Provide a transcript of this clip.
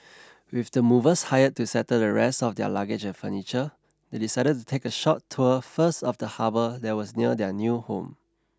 with the movers hired to settle the rest of their luggage and furniture they decided to take a short tour first of the harbour that was near their new home